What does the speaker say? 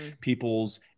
people's